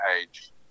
age